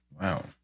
wow